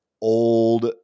old